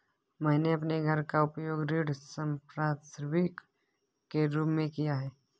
मैंने अपने घर का उपयोग ऋण संपार्श्विक के रूप में किया है